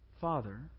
Father